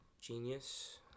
genius